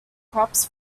crops